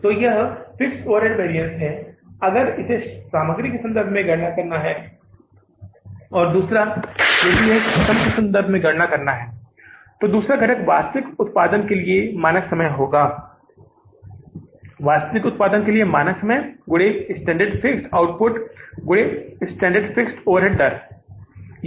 तो यह fixed overhead variance है अगर इसे सामग्री के संबंध में गणना करना है और दूसरा यदि यह श्रम के संबंध में गणना करना है तो दूसरा घटक वास्तविक उत्पादन के लिए मानक समय होगा वास्तविक उत्पादन के लिए मानक समय गुणे स्टैण्डर्ड फिक्स्ड आउटपुट गुने स्टैण्डर्ड फिक्स्ड ओवरहेड दर